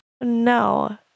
No